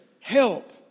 Help